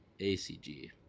ACG